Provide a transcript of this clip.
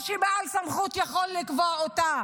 או שבעל סמכות יכול לקבוע אותה